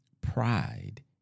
pride